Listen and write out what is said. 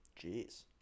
Jeez